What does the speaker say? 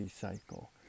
cycle